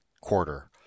quarter